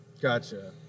Gotcha